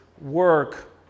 work